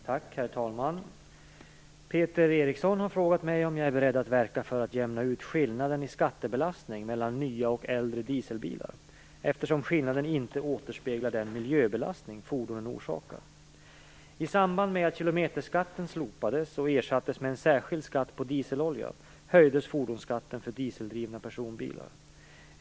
Herr talman! Peter Eriksson har frågat mig om jag är beredd att verka för att jämna ut skillnaden i skattebelastning mellan nya och äldre dieselbilar, eftersom skillnaden inte återspeglar den miljöbelastning som fordonen orsakar. I samband med att kilometerskatten slopades och ersattes med en särskild skatt på dieselolja höjdes fordonsskatten för dieseldrivna personbilar.